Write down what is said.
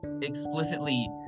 explicitly